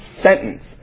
sentence